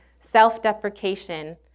self-deprecation